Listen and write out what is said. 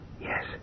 Yes